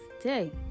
day